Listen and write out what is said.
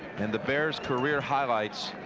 and the bears career highlights